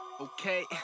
Okay